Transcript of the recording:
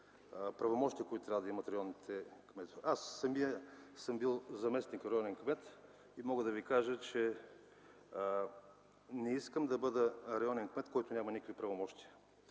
правомощия, които трябва да имат районните кметове. Аз самият съм бил заместник-районен кмет и мога да ви кажа, че не искам да бъда районен кмет, който няма никакви правомощия.